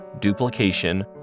duplication